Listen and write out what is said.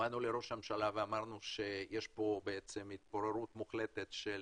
באנו לראש הממשלה ואמרנו שיש פה התפוררות מוחלטת של